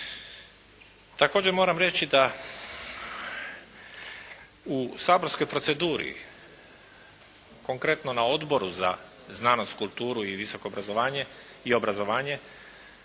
Također moram reći da u saborskoj proceduri konkretno na Oboru za znanost, kulturu i visoko obrazovanje,